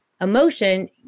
emotion